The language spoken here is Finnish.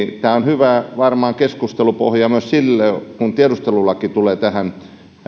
tämä on varmaan hyvä keskustelupohja myös sille kun tiedustelulaki tulee tähän